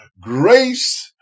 grace